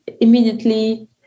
immediately